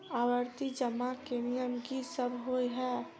आवर्ती जमा केँ नियम की सब होइ है?